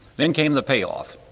then came the payoff.